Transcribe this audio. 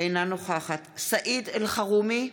אינה נוכחת סעיד אלחרומי,